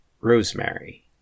Rosemary